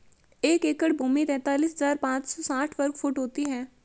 एक एकड़ भूमि तैंतालीस हज़ार पांच सौ साठ वर्ग फुट होती है